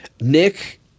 Nick